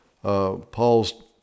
Paul's